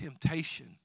temptation